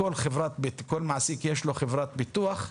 ולכול מעסיק יש חברת ביטוח,